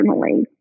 personally